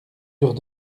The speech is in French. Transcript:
eurent